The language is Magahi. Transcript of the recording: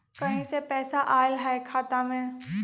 कहीं से पैसा आएल हैं खाता में?